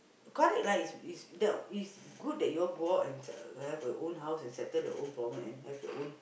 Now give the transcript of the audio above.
correct right it's it's the it's good that you all go out and uh have your own house and settle your own problem and have your own